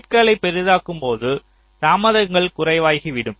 கேட்களை பெரிதாக்கும்போது தாமதங்கள் குறைவாகிவிடும்